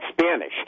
Spanish